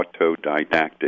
autodidactic